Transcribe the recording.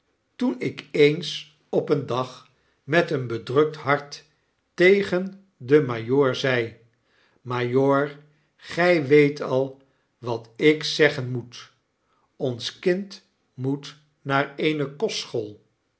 toen ik eens op een dag met een bedrukt hart tegen den majoor zei majoor gy weet al wat ik u zeggen moet ons kind moet naar eene kostschool